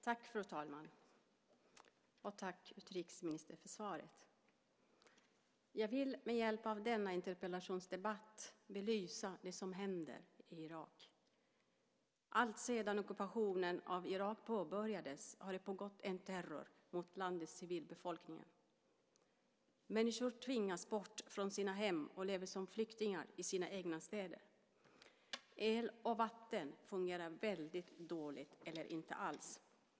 Fru talman! Tack, utrikesministern, för svaret. Jag vill med hjälp av denna interpellationsdebatt belysa det som händer i Irak. Alltsedan ockupationen av Irak påbörjades har det pågått en terror mot landets civilbefolkning. Människor tvingas bort från sina hem och lever som flyktingar i sina egna städer. El och vatten fungerar väldigt dåligt eller inte alls.